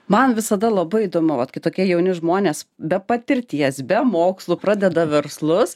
man visada labai įdomu vat kai tokie jauni žmonės be patirties be mokslų pradeda verslus